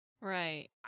Right